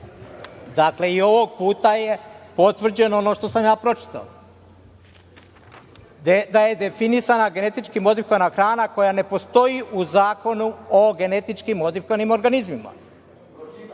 lepo. Dakle, i ovog puta je potvrđeno ono što sam ja pročita, da je definisana GMO hrana koja ne postoji u Zakonu o genetički modifikovanim organizmima,